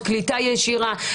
קליטה ישירה,